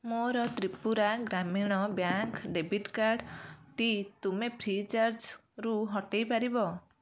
ମୋର Tripura Gramin bank debit କାର୍ଡ଼ଟି ତୁମେ ଫ୍ରିଚାର୍ଜ୍ରୁ ହଟାଇ ପାରିବ